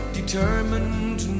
determined